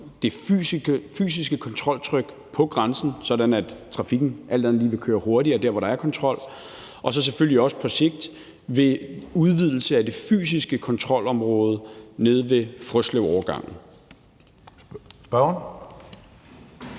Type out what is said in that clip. det fysiske kontroltryk på grænsen, sådan at trafikken alt andet lige vil køre hurtigere der, hvor der er kontrol, og så selvfølgelig også på sigt ved udvidelse af det fysiske kontrolområde nede ved Frøslevovergangen. Kl.